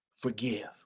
forgive